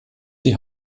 die